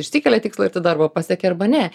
išsikelia tikslą ir tą darbą pasiekia arba ne